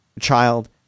child